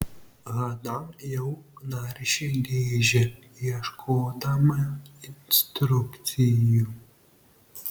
hana jau naršė dėžę ieškodama instrukcijų